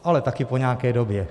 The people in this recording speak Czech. Ale taky po nějaké době.